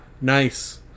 nice